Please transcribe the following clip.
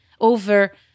over